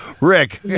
Rick